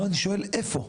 לא, אני שואל איפה.